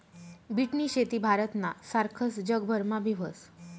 बीटनी शेती भारतना सारखस जगभरमा बी व्हस